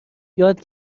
یاد